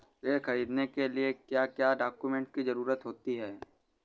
ऋण ख़रीदने के लिए क्या क्या डॉक्यूमेंट की ज़रुरत होती है?